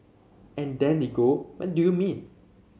and then they go what do you mean